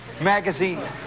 magazine